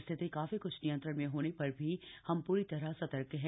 स्थिति काफी कुछ नियंत्रण में होने पर भी हम पूरी तरह सतर्क हैं